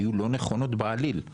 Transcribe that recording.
היו לא נכונות בעליל.